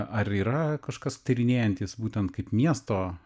ar yra kažkas tyrinėjantis būtent kaip miesto